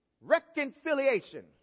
reconciliation